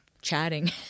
chatting